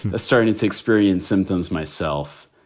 ah starting to to experience symptoms myself.